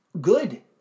Good